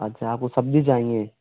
अच्छा आप को सब्ज़ी चाहिए